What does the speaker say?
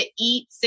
eat